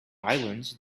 islands